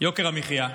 יוקר המחיה.